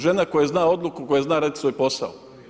Žena koja zna odluku, koja zna raditi svoj posao.